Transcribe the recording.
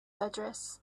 address